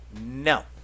No